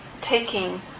taking